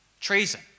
Treason